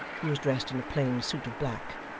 who was dressed in a plain suit of black,